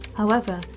however,